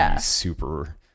super